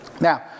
Now